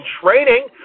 training